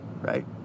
right